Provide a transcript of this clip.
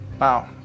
Wow